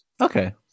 Okay